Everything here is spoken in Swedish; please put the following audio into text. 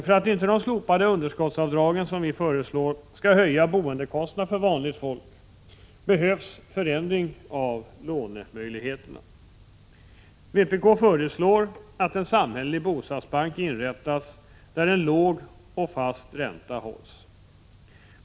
För att inte de slopade underskottsavdragen skall höja boendekostnaderna för vanligt folk behövs det, som vi föreslår, en förändring av lånemöjligheterna. Vpk föreslår nämligen att en samhällelig bostadsbank inrättas, där en låg och fast ränta hålls.